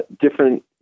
different